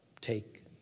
Take